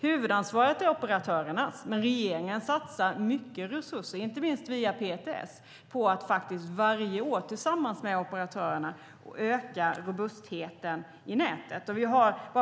Huvudansvaret är operatörernas, men regeringen satsar mycket resurser, inte minst via PTS, på att varje år tillsammans med operatörerna öka robustheten i näten.